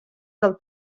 del